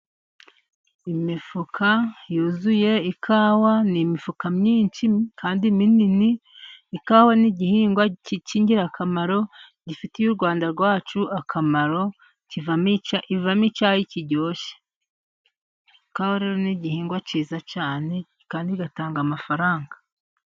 Imifuka yuzuye ikawa n'imifuka myinshi kandi minini, ikawa ni igihingwa cy'ingirakamaro gifitiye u Rwanda rwacu akamaro. Kivamo ivamo icyayi kiryoshye ni igihingwa cyiza cyane kandi igatanga amafaranga.